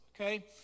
okay